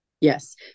Yes